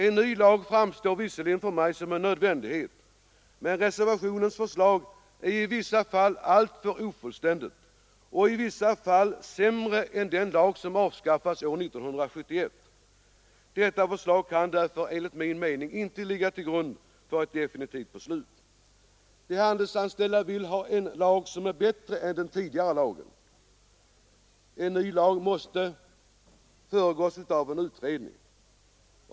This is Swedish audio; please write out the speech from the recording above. En ny lag framstår visserligen för mig som en nödvändighet, men reservationens förslag är i vissa fall alltför ofullständigt och i vissa fall sämre än den lag som avskaffades år 1971. Detta förslag kan därför enligt min mening inte läggas till grund för ett definitivt beslut. De handelsanställda vill ha en lag som är bättre än den tidigare lagen. En ny lag måste föregås av en utredning.